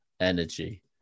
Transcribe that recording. energy